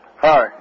Hi